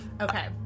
Okay